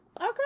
Okay